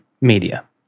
media